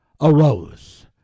arose